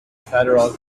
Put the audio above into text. federal